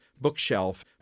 bookshelf